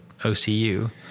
OCU